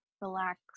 Relax